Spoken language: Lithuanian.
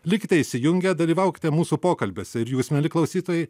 likite įsijungę dalyvaukite mūsų pokalbiuose ir jūs mieli klausytojai